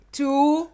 two